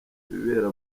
ibibera